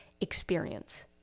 experience